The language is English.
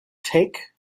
take